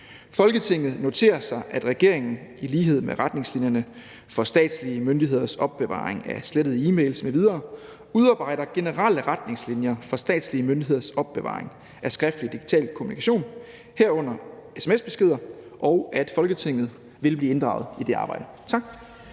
Folketinget noterer sig, at regeringen – i lighed med retningslinjerne for statslige myndigheders opbevaring af slettede e-mails m.v. – udarbejder generelle retningslinjer for statslige myndigheders opbevaring af skriftlig digital kommunikation, herunder SMS-beskeder, og at Folketinget vil blive inddraget i dette arbejde.«